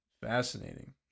Fascinating